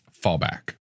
fallback